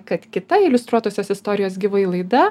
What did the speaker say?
kad kita iliustruotosios istorijos gyvai laida